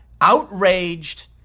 outraged